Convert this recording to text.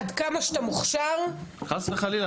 עד כמה שאתה מוכשר --- חס וחלילה,